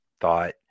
thought